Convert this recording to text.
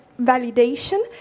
validation